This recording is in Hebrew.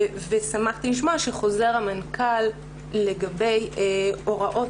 שמחתי לשמוע שחוזר המנכ"ל לגבי הוראות